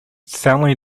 soundly